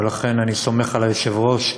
ולכן אני סומך על היושב-ראש,